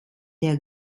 der